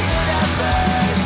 universe